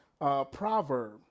proverb